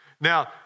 Now